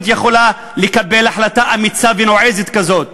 יכולה לקבל החלטה אמיצה ונועזת כזאת,